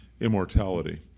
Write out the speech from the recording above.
immortality